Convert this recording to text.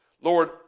Lord